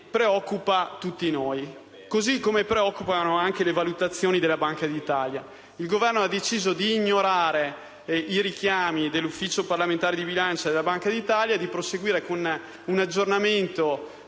preoccupa tutti noi. Allo stesso modo, ci preoccupano le valutazioni della Banca d'Italia. Il Governo ha deciso di ignorare i richiami dell'Ufficio parlamentare di bilancio e della Banca d'Italia e di proseguire con un aggiornamento